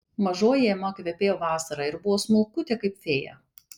mažoji ema kvepėjo vasara ir buvo smulkutė kaip fėja